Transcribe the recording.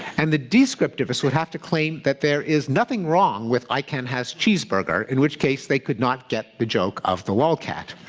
and the descriptivists would have to claim that there is nothing wrong with i can has cheezburger, in which case they could not get the joke of the lolcat.